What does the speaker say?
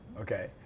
okay